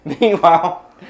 Meanwhile